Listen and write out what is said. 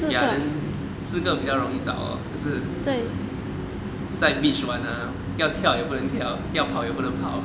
ya then 四个比较容易找 lor 可是在 beach 玩啊要跳也不能跳要跑也不能跑